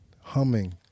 humming